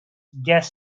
gas